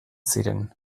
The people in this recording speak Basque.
ziren